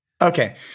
Okay